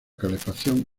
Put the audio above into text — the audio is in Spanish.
calefacción